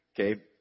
okay